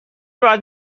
راحت